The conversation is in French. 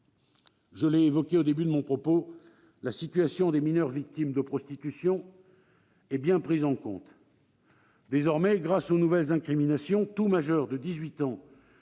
je l'ai évoqué au début de mon propos, la situation des mineurs victimes de prostitution est bien prise en compte. Désormais, grâce aux nouvelles incriminations, tout majeur de 18 ans